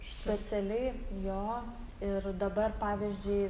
specialiai jo ir dabar pavyzdžiui